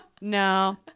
No